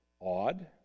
odd